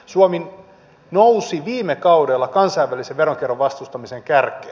suomi nousi viime kaudella kansainvälisen veronkierron vastustamisen kärkeen